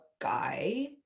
guy